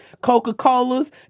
Coca-Colas